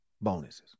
bonuses